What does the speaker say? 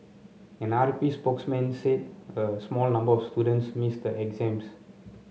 an R P spokesman said a small number of students missed the exams